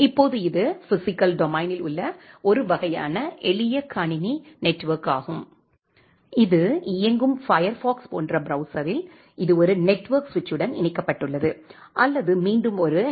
இப்போது இது பிஸிக்கல் டொமைனில் உள்ள ஒரு வகையான எளிய கணினி நெட்வெர்க் ஆகும் இது இயங்கும் ஃபயர்பாக்ஸ் போன்ற பிரௌசரில் இது ஒரு நெட்வெர்க் ஸ்விட்சுடன் இணைக்கப்பட்டுள்ளது அல்லது மீண்டும் ஒரு எச்